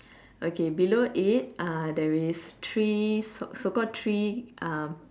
okay below it uh there's three so so called three um